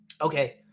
Okay